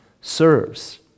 serves